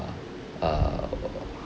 err